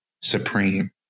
Supreme